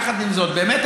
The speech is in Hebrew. באמת,